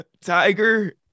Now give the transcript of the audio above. Tiger